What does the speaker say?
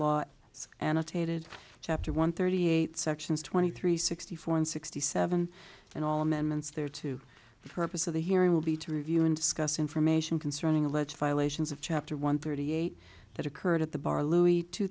laws annotated chapter one thirty eight sections twenty three sixty four and sixty seven and all amendments there to the purpose of the hearing will be to review and discuss information concerning alleged violations of chapter one thirty eight that occurred at the bar louis t